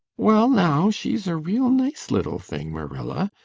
well now, she's a real nice little thing, marilla.